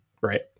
right